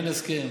אין הסכם,